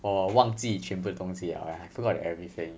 我忘记全部的东西 liao I forgot everything